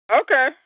Okay